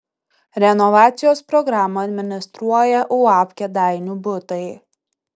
renovacijos programą administruoja uab kėdainių butai